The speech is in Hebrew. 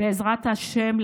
בעזרת השם,